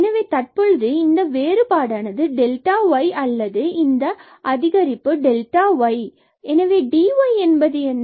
எனவே தற்பொழுது இந்த வேறுபாடானது டெல்டா y அல்லது இந்த அதிகரிப்பு டெல்டா y எனவே dyஎன்பது என்ன